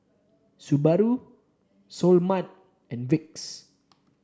Subaru Seoul Mart and Vicks